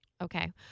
Okay